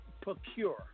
procure